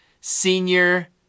senior